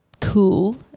cool